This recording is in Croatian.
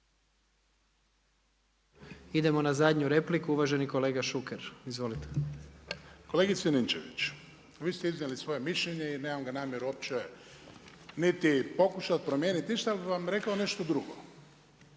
Idemo na zadnju repliku. Uvaženi kolega Šuker. Izvolite. **Šuker, Ivan (HDZ)** Kolegice Ninčević, vi ste iznijeli svoje mišljenje i nemam ga namjeru uopće niti pokušati promijeniti, ništa, ja bi vam rekao nešto drugo.